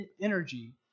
energy